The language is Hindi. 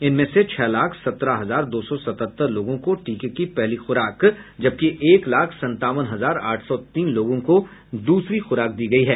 इनमें से छह लाख सत्रह हजार दो सौ सतहत्तर लोगों को टीके की पहली खुराक जबकि एक लाख संतावन हजार आठ सौ तीन लोगों को दूसरी खुराक दी गयी है